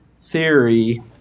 theory